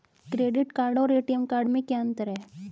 Credit card और ATM card में क्या अंतर है?